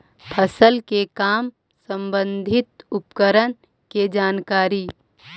फसल के काम संबंधित उपकरण के जानकारी?